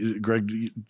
Greg